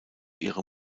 ihre